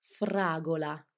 Fragola